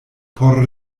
por